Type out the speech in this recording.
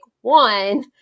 one